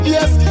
Yes